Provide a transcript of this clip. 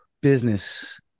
business